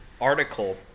article